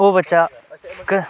ओह् बच्चा इक